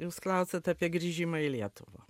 jūs klausiat apie grįžimą į lietuvą